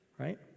right